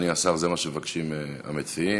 זה מה שמבקשים המציעים.